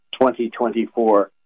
2024